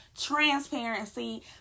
transparency